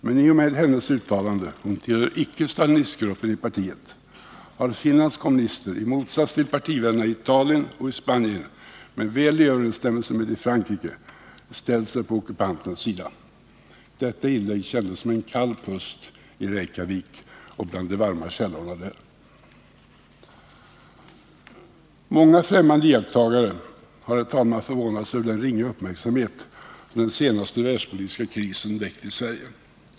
Men i och med hennes uttalande — hon tillhör icke stalinistgruppen i partiet — har Finlands kommunister i motsats till partivännerna i Italien och Spanien men väl i överensstämmelse med dem i Frankrike ställt sig på ockupantens sida. Detta inlägg kändes som en kall pust i Reykjavik och bland de varma källorna där. Många främmande iakttagare har förvånat sig över den ringa uppmärksamhet som den senaste världspolitiska krisen väckt i Sverige.